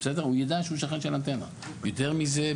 יותר מזה,